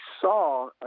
saw